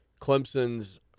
Clemson's